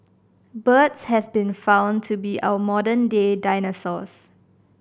birds have been found to be our modern day dinosaurs